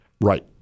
Right